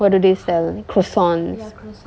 what do they sell croissants